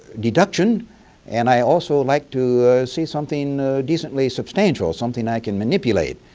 deduction and i also liked to see something decently substantial, something i could manipulate.